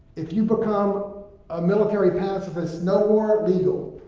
if you become a military pacifist, no war? legal.